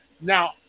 Now